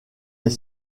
est